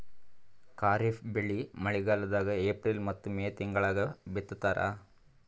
ಖಾರಿಫ್ ಬೆಳಿ ಮಳಿಗಾಲದಾಗ ಏಪ್ರಿಲ್ ಮತ್ತು ಮೇ ತಿಂಗಳಾಗ ಬಿತ್ತತಾರ